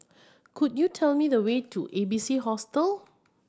could you tell me the way to A B C Hostel